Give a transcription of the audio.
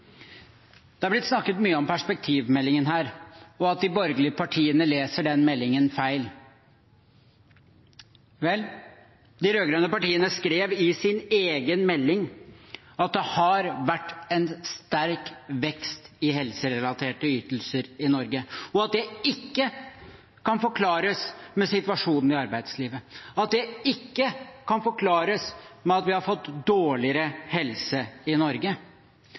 Det er blitt snakket mye om perspektivmeldingen her, og at de borgerlige partiene leser den meldingen feil. Vel, de rød-grønne partiene skrev i sin egen melding at det har vært en sterk vekst i helserelaterte ytelser i Norge, og at det ikke kan forklares med situasjonen i arbeidslivet, at det ikke kan forklares med at vi har fått dårligere helse i Norge.